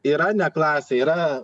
yra ne klasė yra